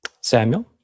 Samuel